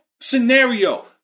scenario